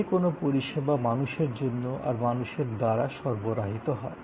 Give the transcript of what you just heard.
যে কোনো পরিষেবা মানুষের জন্য আর মানুষের দ্বারা সরবরাহিত হয়